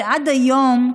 שעד היום,